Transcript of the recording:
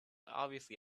obviously